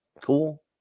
Cool